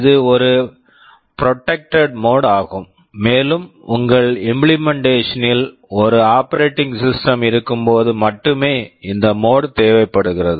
இது ஒரு protected mode protected mode ஆகும் மேலும் உங்கள் இம்ப்ளிமெண்டேஷன் implementation இல் ஒரு ஆபரேடிங் சிஸ்டம் operating system இருக்கும்போது மட்டுமே இந்த மோட் mode தேவைப்படுகிறது